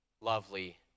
lovely